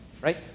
Right